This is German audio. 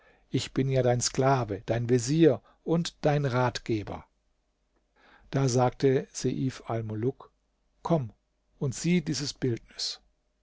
ich bin ja dein sklave dein vezier und dein ratgeber da sagte seif almuluk komme und sieh dieses bildnis